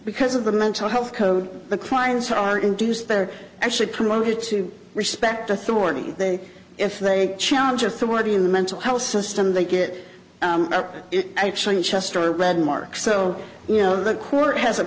because of the mental health code the crimes are induced they're actually promoted to respect authority if they challenge authority in the mental health system they get it actually in chester a bad mark so you know the court has a